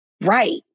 right